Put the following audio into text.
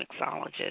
mixologist